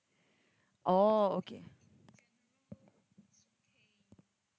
oh okay